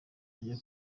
ajya